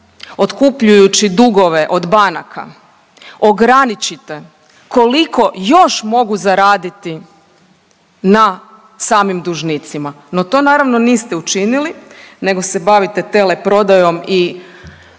otkupljujući dugove od banaka ograničite koliko još mogu zaraditi na samim dužnicima. No to naravno niste učinili nego se bavite teleprodajom i